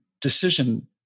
decision